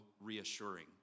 reassuring